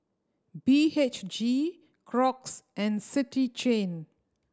B H G Crocs and City Chain